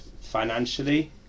financially